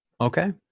Okay